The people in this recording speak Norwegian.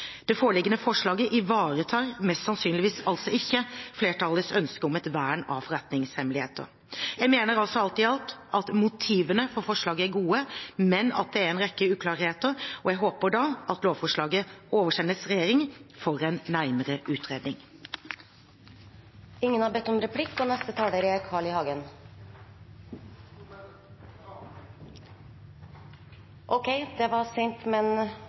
Det foreliggende forslaget ivaretar mest sannsynlig altså ikke flertallets ønske om et vern av forretningshemmeligheter. Jeg mener altså alt i alt at motivene for forslaget er gode, men at det er en rekke uklarheter, og jeg håper at lovforslaget oversendes regjeringen for en nærmere utredning. Det blir replikkordskifte. Eg legg merke til at statsråden seier at ho ikkje har sett eit einaste argument for at det